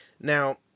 Now